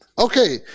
Okay